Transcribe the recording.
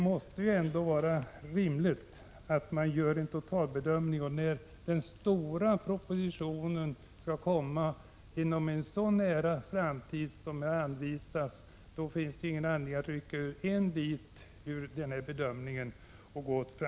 Det är rimligt att det görs en totalbedömning, och när den stora propositionen skall komma inom en så nära framtid som här anvisas finns det ingen anledning att rycka ut en bit och fatta beslut om den nu.